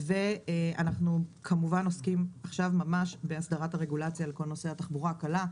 ואנחנו כמובן עוסקים עכשיו ממש בהסדרת הרגולציה לכל נושא התחבורה הקלה,